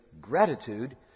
gratitude